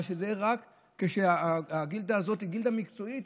אבל הגילדה הזאת היא גילדה מקצועית,